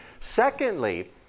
Secondly